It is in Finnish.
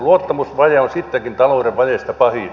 luottamusvaje on sittenkin talouden vajeista pahin